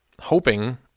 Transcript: Hoping